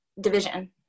division